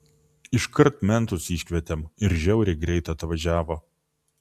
iškart mentus iškvietėm ir žiauriai greit atvažiavo